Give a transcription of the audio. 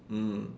mm